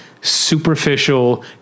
superficial